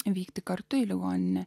vykti kartu į ligoninę